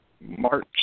March